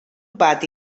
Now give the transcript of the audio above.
pati